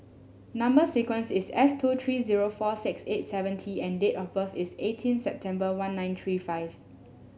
number sequence is S two three zero four six eight seven T and date of birth is eighteen September one nine three five